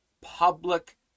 public